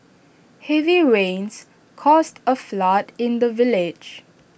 heavy rains caused A flood in the village